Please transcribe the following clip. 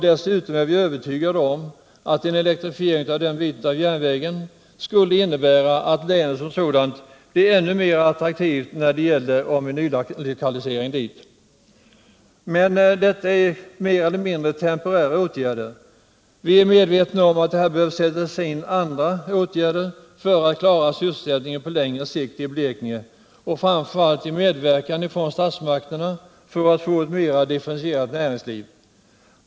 Dessutom är vi övertygade om att en elektrifiering av den biten av järnvägen skulle innebära att länet som sådant skulle bli ännu mera attraktivt i nylokaliseringssammanhang. Men detta är mer eller mindre temporära åtgärder. Vi är medvetna om att det behöver sättas in andra åtgärder för att klara sysselsättningen på längre sikt i Blekinge, framför allt åtgärder med medverkan från statsmakterna för att få ett mera differentierat näringsliv.